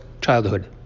childhood